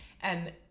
And-